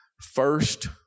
first